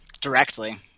directly